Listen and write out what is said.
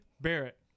Barrett